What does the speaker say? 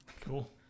Cool